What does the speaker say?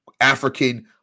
African